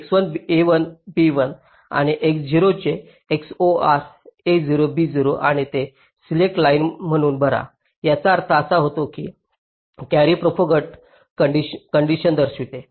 a1 b1 आणि x0 चे xor a0 b0 आणि ते सिलेक्ट लाइन म्हणून भरा ज्याचा अर्थ असा होतो की कॅरी प्रोपागंट कंडिशन दर्शवते